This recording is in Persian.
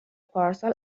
پارسال